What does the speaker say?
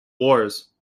wars